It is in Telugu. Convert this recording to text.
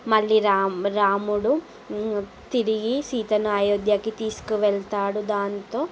మళ్ళీ రామ్ రాముడు తిరిగి సీతను అయోధ్యకి తీసుకువెళ్తాడు దాంతో